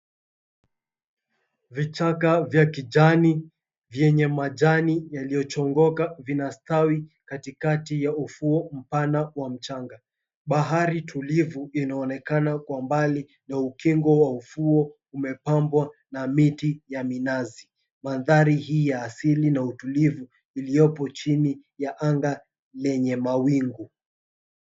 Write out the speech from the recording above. Vichaka vya kijani vyenye majani yaliyochongoka vinastawi katikati ya ufuo mpana wa mchanga. Bahari tulivu inaonekana kwa mbali na ukingo wa ufuo umepambwa na miti ya minazi. Mandhari hii ya asili na utulivu iliyopo chini ya anga lenye mawingu.